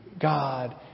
God